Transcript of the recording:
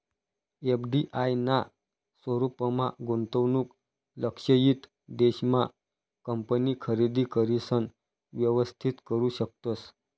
FDI ना स्वरूपमा गुंतवणूक लक्षयित देश मा कंपनी खरेदी करिसन व्यवस्थित करू शकतस